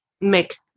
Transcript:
make